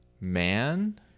man